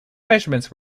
measurements